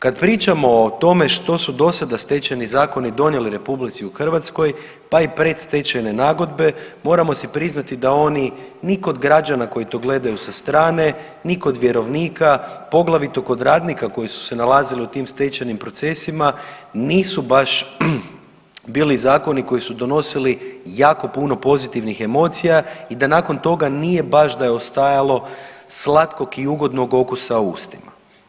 Kad pričamo o tome što su do sada stečeni zakoni donijeli Republici Hrvatskoj, pa i predstečajne nagodbe moramo si priznati da oni ni kod građana koji to gledaju sa strane, ni kod vjerovnika, poglavito kod radnika koji su se nalazili u tim stečajnim procesima nisu baš bili zakoni koji su donosili jako puno pozitivnih emocija i da nakon toga nije baš da je ostajalo slatkog i ugodnog okusa u ustima.